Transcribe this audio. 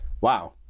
wow